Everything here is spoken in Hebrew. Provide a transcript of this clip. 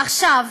עכשיו,